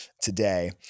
today